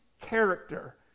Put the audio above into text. character